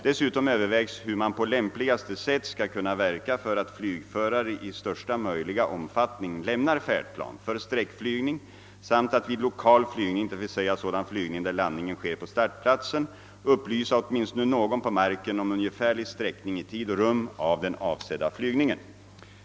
Dessutom övervägs hur man på lämpligaste sätt skall kunna verka för att flygförare i största möjliga omfattning lämnar färdplan för sträckflygning samt att vid 1okal flygning, d.v.s. sådan flygning där landningen sker på startplatsen, upplysa åtminstone någon på marken om ungefärlig sträckning i tid och rum av den avsedda flygningen.